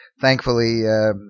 thankfully